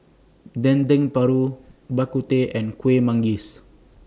Dendeng Paru Bak Kut Teh and Kuih Manggis